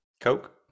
Coke